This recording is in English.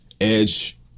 edge